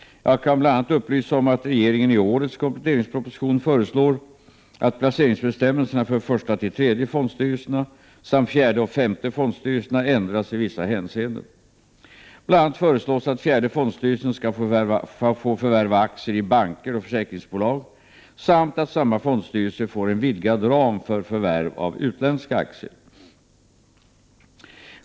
Jag kan bl.a. upplysa om att regeringen i årets kompletteringsproposition föreslår att placeringsbestämmelserna för 1:a—3:e fondstyrelserna samt 4:e och 5:e fondstyrelserna ändras i vissa hänseenden. Bl.a. föreslås att 4:e fondstyrelsen skall få förvärva aktier i banker och försäkringsbolag samt att samma fondstyrelse får en vidgad ram för förvärv av utländska aktier.